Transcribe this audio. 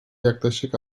yaklaşık